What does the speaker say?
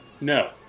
No